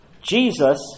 Jesus